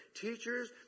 teachers